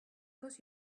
course